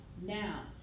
now